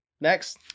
next